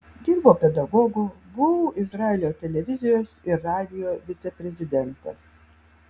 dirbau pedagogu buvau izraelio televizijos ir radijo viceprezidentas